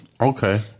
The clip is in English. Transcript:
Okay